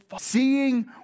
seeing